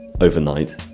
overnight